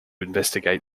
investigate